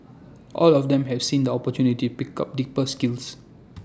all of them have seen the opportunity pick up deeper skills